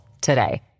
today